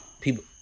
people